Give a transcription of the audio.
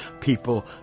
People